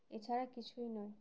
এছাড়া কিছুই নয়